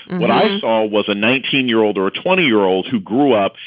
what i saw was a nineteen year old or a twenty year old who grew up.